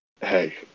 hey